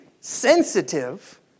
sensitive